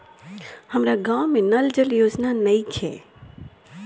हमारा गाँव मे नल जल योजना नइखे?